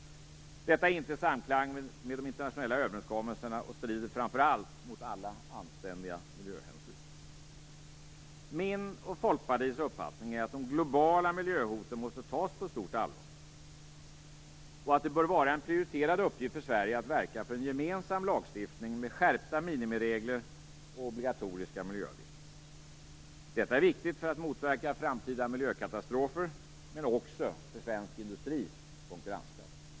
Detta är inte i samklang med de internationella överenskommelserna och strider framför allt mot alla anständiga miljöhänsyn. Min och Folkpartiets uppfattning är att de globala miljöhoten måste tas på stort allvar och att det bör vara en prioriterad uppgift för Sverige att verka för en gemensam lagstiftning med skärpta minimiregler och obligatoriska miljöavgifter. Detta är viktigt för att motverka framtida miljökatastrofer, men också för svensk industris konkurrenskraft.